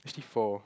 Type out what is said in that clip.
actually four